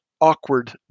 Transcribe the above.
awkward